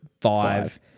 five